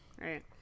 Right